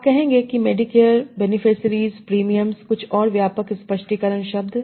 आप कहेंगे कि मेडिकेयर बेनेफ़ेसरीस प्रीमियम्स कुछ और व्यापक स्पष्टीकरण शब्द